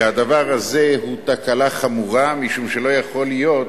שהדבר הזה הוא תקלה חמורה, משום שלא יכול להיות